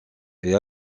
est